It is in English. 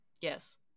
Yes